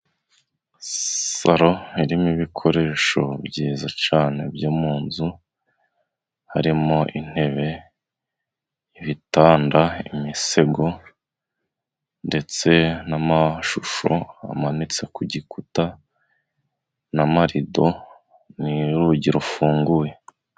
Salo irimo ibikoresho byiza cyane byo mu nzu, harimo intebe ,ibitanda ,imisego ndetse n'amashusho amanitse ku gikuta n'amarido n'urugi rufunguye.